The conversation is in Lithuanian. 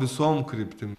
visom kryptim